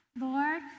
Lord